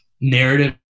narrative